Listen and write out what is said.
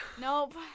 Nope